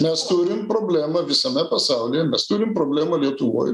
mes turim problemą visame pasaulyje mes turim problemą lietuvoj